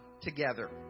together